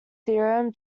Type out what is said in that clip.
theorem